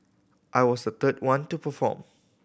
I was the third one to perform